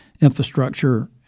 infrastructure